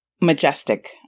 majestic